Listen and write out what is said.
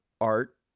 art